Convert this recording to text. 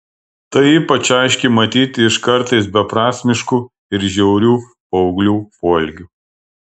tai ypač aiškiai matyti iš kartais beprasmiškų ir žiaurių paauglių poelgių